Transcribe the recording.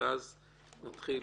ואז ניתן